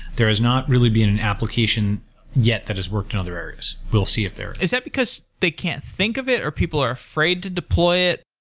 there has not really been an application yet that is working on their areas. we'll see if there is that because they can't think of it, or people are afraid to deploy it?